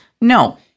No